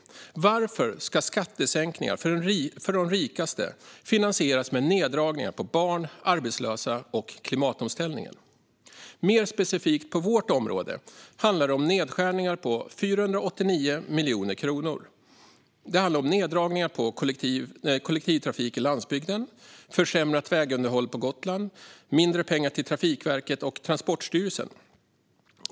Varför ska skattesänkningar för de rikaste finansieras med neddragningar på barn, arbetslösa och klimatomställningen? Mer specifikt för vårt område handlar det om nedskärningar med 489 miljoner kronor. Det handlar om neddragningar på kollektivtrafik på landsbygden, försämrat vägunderhåll på Gotland och mindre pengar till Trafikverket och Transportstyrelsen.